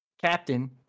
Captain